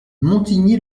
montigny